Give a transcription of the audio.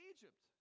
Egypt